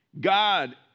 God